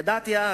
ידעתי אז,